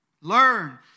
Learn